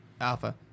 Alpha